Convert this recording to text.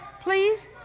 Please